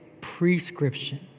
prescription